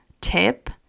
tip